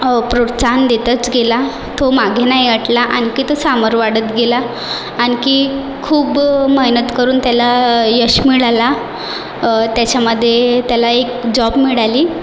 प्रोत्साहन देतच गेला तो मागे नाही हटला आणखी तो समोर वाढत गेला आणखी खूप मेहनत करून त्याला यश मिळाले त्याच्यामध्ये त्याला एक जॉब मिळाली